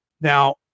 now